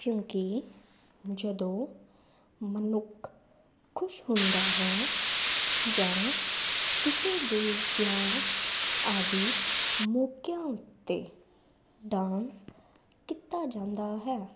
ਕਿਉਂਕੀ ਜਦੋਂ ਮਨੁੱਖ ਖੁਸ਼ ਹੁੰਦਾ ਹੈ ਜਾਂ ਕਿਸੇ ਦੇ ਵਿਆਹ ਆਦਿ ਮੌਕਿਆਂ ਉੱਤੇ ਡਾਂਸ ਕੀਤਾ ਜਾਂਦਾ ਹੈ